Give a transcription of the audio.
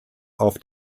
auf